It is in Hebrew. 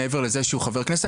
מעבר לזה שהוא חבר כנסת.